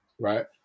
right